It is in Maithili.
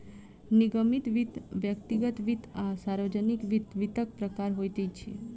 निगमित वित्त, व्यक्तिगत वित्त आ सार्वजानिक वित्त, वित्तक प्रकार होइत अछि